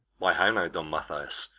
why, how now, don mathias!